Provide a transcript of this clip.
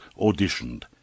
auditioned